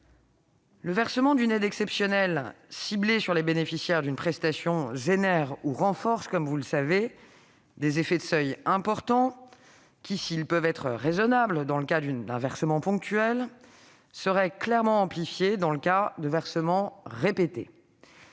le versement d'une aide exceptionnelle ciblée vers les bénéficiaires d'une prestation suscite ou renforce des effets de seuil importants, qui, s'ils peuvent être raisonnables dans le cas d'un versement ponctuel, seraient amplifiés dans le cas de versements répétés.